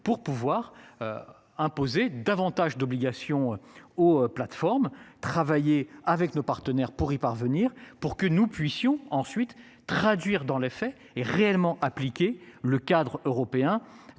pour pouvoir. Imposer davantage d'obligations aux plateformes travailler avec nos partenaires pour y parvenir pour que nous puissions ensuite traduire dans les faits est réellement appliquée le cadre européen